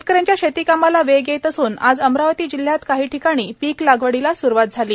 शेतकऱ्यांच्या शेतीकामाला वेग येत असून आज अमरावती जिल्ह्यात काही ठिकाणी पीक लागवडीला स्रुवात झाली आहे